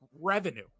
revenue